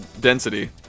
density